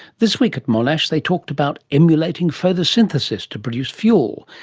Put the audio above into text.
this week at monash they talked about emulating photosynthesis to produce fuel,